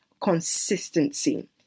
consistency